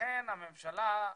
לכן הממשלה היא,